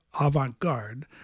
avant-garde